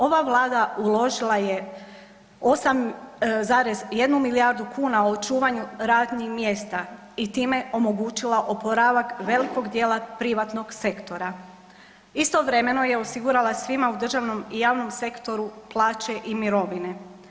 Ova Vlada uložila je 8,1 milijardu kuna u očuvanju radnih mjesta i time omogućila oporavak velikog dijela privatnog sektora, istovremeno je osigurala svima u državnom i javnom sektoru plaće i mirovine.